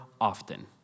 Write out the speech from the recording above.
often